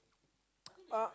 uh